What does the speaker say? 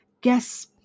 Guess